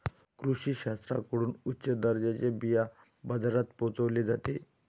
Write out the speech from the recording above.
कृषी शास्त्रज्ञांकडून उच्च दर्जाचे बिया बाजारात पोहोचवले जाते